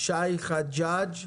שי חג'ג',